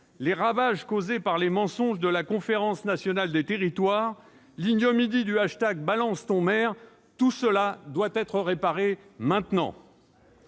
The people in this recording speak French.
les ravages causés par les mensonges de la Conférence nationale des territoires, l'ignominie du hashtag #BalanceTonMaire doivent être réparés maintenant